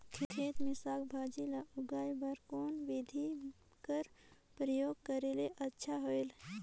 खेती मे साक भाजी ल उगाय बर कोन बिधी कर प्रयोग करले अच्छा होयल?